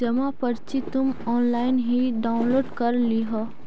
जमा पर्ची तुम ऑनलाइन ही डाउनलोड कर लियह